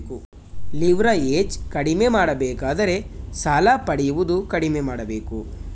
leverage ಕಡಿಮೆ ಮಾಡಬೇಕಾದರೆ ಸಾಲ ಪಡೆಯುವುದು ಕಡಿಮೆ ಮಾಡಬೇಕು